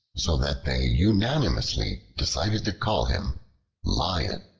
so that they unanimously decided to call him lion.